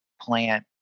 plant